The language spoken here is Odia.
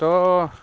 ତ